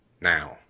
Now